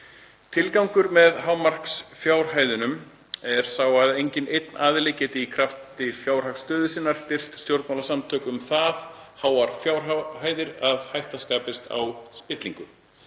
Tilgangur með hámarksfjárhæðum er sá að enginn einn aðili geti í krafti fjárhagsstöðu sinnar styrkt stjórnmálasamtök um það háar fjárhæðir að hætta skapist á spillingu.